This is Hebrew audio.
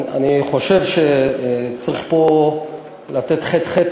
אני חושב שצריך לתת ח"ח,